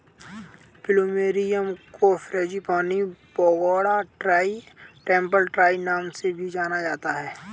plumeria को frangipani, pagoda tree, temple tree नाम से भी जाना जाता है